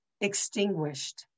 extinguished